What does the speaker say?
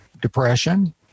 depression